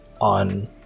on